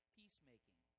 peacemaking